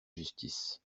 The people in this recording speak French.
justice